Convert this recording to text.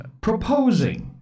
proposing